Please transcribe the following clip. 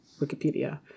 Wikipedia